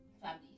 families